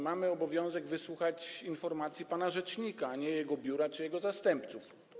Mamy obowiązek wysłuchać informacji pana rzecznika, a nie jego biura czy jego zastępców.